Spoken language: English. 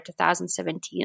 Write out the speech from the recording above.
2017